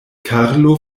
karlo